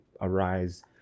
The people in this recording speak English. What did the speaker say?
arise